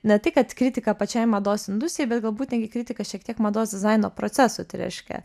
ne tai kad kritika pačiai mados industrijai bet galbūt netgi kritika šiek tiek mados dizaino procesui tai reiškia